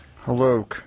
Hello